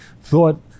thought